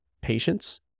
patience